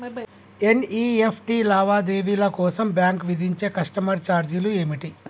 NEFT లావాదేవీల కోసం bank విధించే కస్టమర్ ఛార్జీలు ఏమిటి?